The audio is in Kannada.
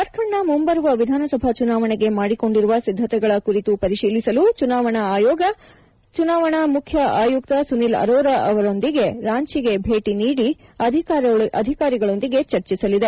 ಜಾರ್ಖಂಡ್ನ ಮುಂಬರುವ ವಿಧಾನಸಭಾ ಚುನಾವಣೆಗೆ ಮಾಡಿಕೊಂಡಿರುವ ಸಿದ್ದತೆಗಳ ಕುರಿತು ಪರಿಶೀಲಿಸಲು ಚುನಾವಣಾ ಆಯೋಗ ಮುಖ್ಯ ಚುನಾವಣಾ ಆಯುಕ್ತ ಸುನಿಲ್ ಅರೋರಾ ಅವರೊಂದಿಗೆ ಇಂದು ರಾಂಚಿಗೆ ಭೇಟಿ ನೀಡಿ ವಿವಿಧ ಅಧಿಕಾರಿಗಳೊಂದಿಗೆ ಚರ್ಚಿಸಲಿದೆ